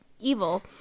evil